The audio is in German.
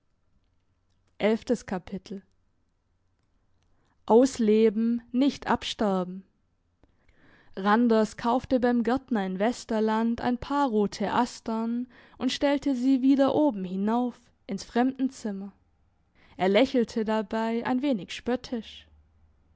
ausleben nicht absterben randers kaufte beim gärtner in westerland ein paar rote astern und stellte sie wieder oben hinauf ins fremdenzimmer er lächelte dabei ein wenig spöttisch